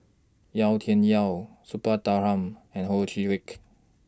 Yau Tian Yau Suppiah Dhanabalan and Ho Chee Lick